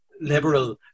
liberal